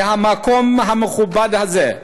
מהמקום המכובד הזה,